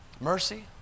Mercy